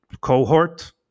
cohort